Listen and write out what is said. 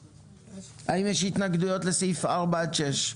האם יש התנגדויות לסעיף 4 עד 6?